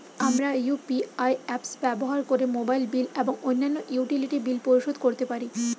আমরা UPI apps ব্যবহার করে মোবাইল বিল এবং অন্যান্য ইউটিলিটি বিল পরিশোধ করতে পারি